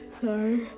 Sorry